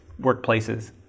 workplaces